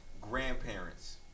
grandparents